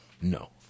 no